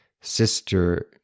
sister